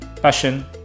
passion